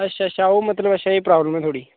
अच्छा अच्छा ओह् मतलब अच्छा ऐ प्राब्लम ऐ थुआड़ी